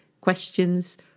questions